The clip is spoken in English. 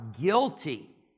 guilty